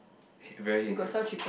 heng very heng eh